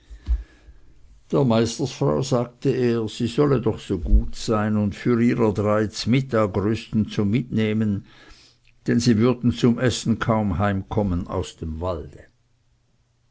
der meisterfrau sagte er sie solle doch so gut sein und für ihrer drei zmittag rüsten zum mitnehmen denn sie würden zum essen kaum heimkommen aus dem walde